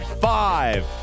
five